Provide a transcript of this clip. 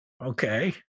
Okay